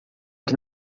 que